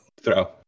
Throw